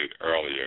earlier